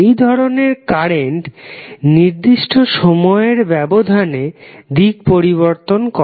এই ধরনের কারেন্ট নির্দিষ্ট সময়ের ব্যবধানে দিক পরিবর্তন করে